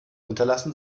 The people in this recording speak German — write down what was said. unterlassen